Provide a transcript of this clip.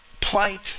plight